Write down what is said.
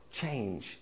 change